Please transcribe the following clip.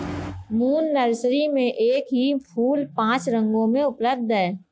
moon nursery में एक ही फूल पांच रंगों में उपलब्ध है